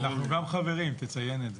אנחנו גם חברים, תציין את זה.